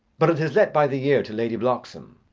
but it is let by the year to lady bloxham.